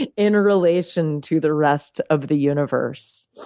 and in relation to the rest of the universe.